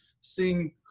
seeing